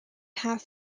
half